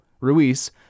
Ruiz